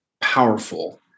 powerful